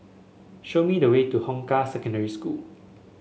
show me the way to Hong Kah Secondary School